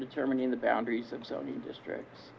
determining the boundaries of the districts